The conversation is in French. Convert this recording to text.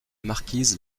marquise